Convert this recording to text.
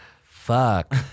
Fuck